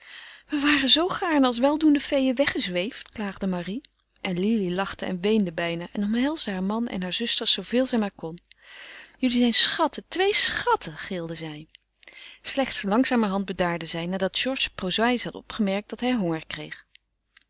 we waren zoo gaarne als weldoende feeën weggezweefd klaagde marie en lili lachte en weende bijna en omhelsde haar man en hare zusters zooveel zij maar kon jullie zijn twee schatten twee schatten slechts langzamerhand bedaarden zij nadat georges prozaïsch had opgemerkt dat hij honger kreeg